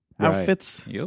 outfits